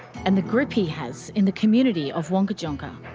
and the grip he has in the community of wangkatjungka.